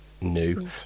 new